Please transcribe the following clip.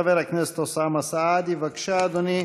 חבר הכנסת אוסאמה סעדי, בבקשה, אדוני.